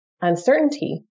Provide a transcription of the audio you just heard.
uncertainty